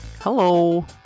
Hello